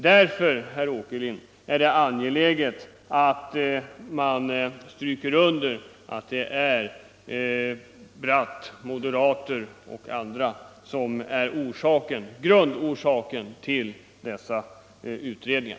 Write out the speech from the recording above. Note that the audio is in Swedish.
Därför är det angeläget, herr Åkerlind, att man stryker under att det är Bratt, moderater och andra som är grundorsaken till dessa utredningar.